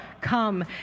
come